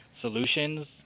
solutions